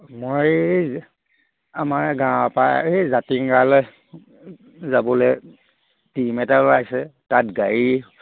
মই এই আমাৰ গাঁৱৰ পৰা এই জাতিংগালৈ যাবলৈ টীম এটা ওলাইছে তাত গাড়ী